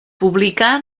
publicà